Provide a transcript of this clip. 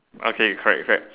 okay correct correct